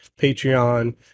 Patreon